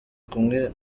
kumwe